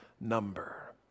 number